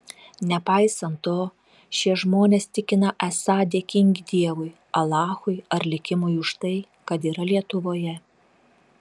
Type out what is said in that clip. nepaisant to šie žmonės tikina esą dėkingi dievui alachui ar likimui už tai kad yra lietuvoje